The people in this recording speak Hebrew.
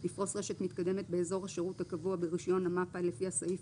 לפרוס רשת מתקדמת באזור השירות הקבוע ברישיון המפ"א לפי הסעיף